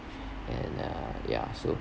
and uh ya so